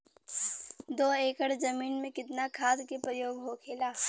दो एकड़ जमीन में कितना खाद के प्रयोग होखेला?